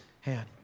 hand